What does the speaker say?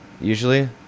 Usually